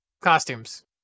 costumes